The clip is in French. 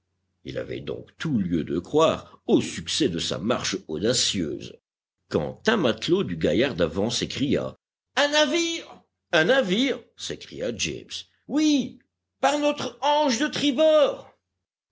il avait donc tout lieu de croire au succès de sa marche audacieuse quand un matelot du gaillard d'avant s'écria un navire un navire s'écria james oui par notre hanche de tribord